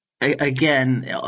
Again